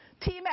Team